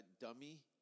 dummy